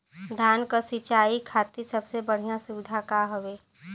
धान क सिंचाई खातिर सबसे बढ़ियां सुविधा का हवे?